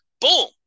boom